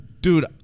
dude